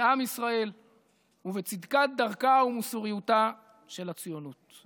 בעם ישראל ובצדקת דרכה ומוסריותה של הציונות.